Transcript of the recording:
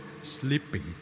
sleeping